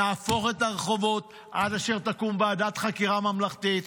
נהפוך את הרחובות עד אשר תקום ועדת חקירה ממלכתית.